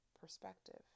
Perspective